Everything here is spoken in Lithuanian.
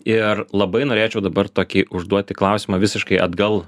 ir labai norėčiau dabar tokį užduoti klausimą visiškai atgal